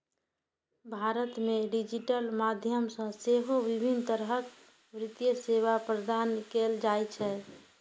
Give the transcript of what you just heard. भारत मे डिजिटल माध्यम सं सेहो विभिन्न तरहक वित्तीय सेवा प्रदान कैल जाइ छै